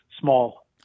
small